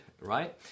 right